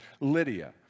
Lydia